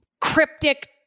cryptic